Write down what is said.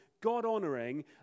God-honoring